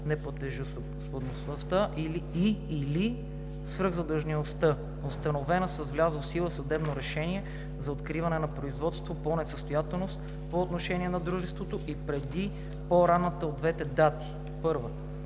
неплатежоспособността и/или свръхзадължеността, установена с влязло в сила съдебно решение за откриване на производство по несъстоятелност по отношение на дружеството, и преди по-ранната от двете дати: 1.